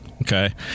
okay